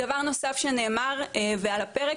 דבר נוסף שנאמר ועל הפרק,